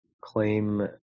claim